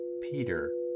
Peter